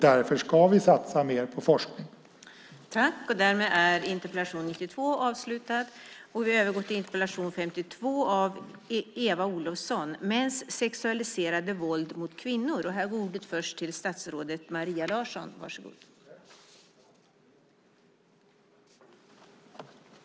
Därför ska vi satsa mer på forskning.